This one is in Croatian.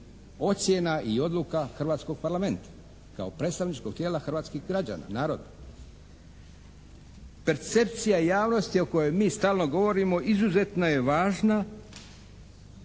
ocjena i odluka hrvatskog Parlamenta kao predstavničkog tijela hrvatskih građana, naroda. Percepcija javnosti o kojoj mi stalno govorimo izuzetno je važna,